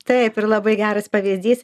taip ir labai geras pavyzdys